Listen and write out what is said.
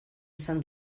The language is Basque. izan